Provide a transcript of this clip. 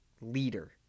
leader